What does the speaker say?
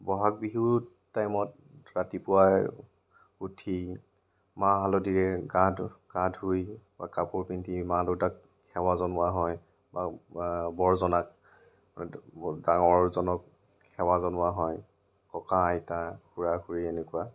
বহাগ বিহুত টাইমত ৰাতিপুৱাই উঠি মাহ হালধিৰে গাতো গা ধুই বা কাপোৰ পিন্ধি মা দেউতাক সেৱা জনোৱা হয় বা বৰজনাক ডাঙৰজনক সেৱা জনোৱা হয় ককা আইতা খুৰা খুৰী এনেকুৱা